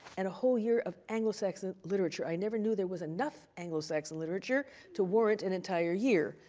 and a whole year of anglo saxon literature. i never knew there was enough anglo saxon literature to warrant an entire year,